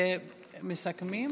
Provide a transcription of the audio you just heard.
מסכמים?